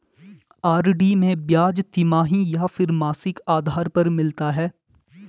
RD में ब्याज तिमाही या फिर मासिक आधार पर मिलता है?